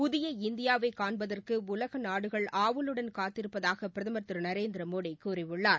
புதிய இந்தியாவை காண்பதற்கு உலக நாடுகள் ஆவலுடன் காத்திருப்பதாக பிரதம் திரு நரேந்திரமோடி கூறியுள்ளார்